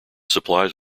supplies